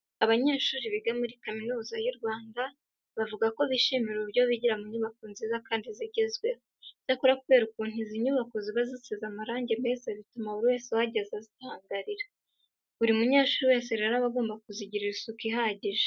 Abanyeshuri biga muri Kaminuza y'u Rwanda bavuga ko bishimira uburyo bigira mu nyubako nziza kandi zigezweho. Icyakora kubera ukuntu izi nyubako ziba zisize amarange meza, bituma buri wese uhageze azitangarira. Buri munyeshuri wese rero aba agomba kuzigirira isuku ihagije.